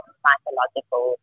psychological